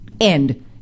end